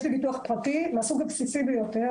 יש לי ביטוח פרטי מהסוג הבסיסי ביותר,